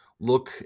look